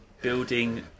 building